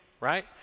right